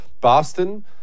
Boston